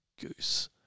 goose